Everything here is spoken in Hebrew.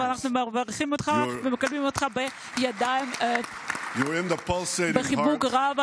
ואנחנו מברכים אותך ומקדמים אותך בחיבוק רחב.